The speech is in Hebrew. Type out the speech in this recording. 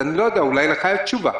אני לא יודע, אולי לך יש תשובה.